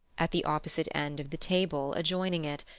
at the opposite end of the table, adjoining it,